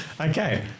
okay